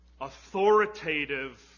authoritative